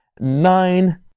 nine